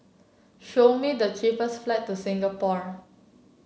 show me the cheapest flight to Singapore